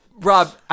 Rob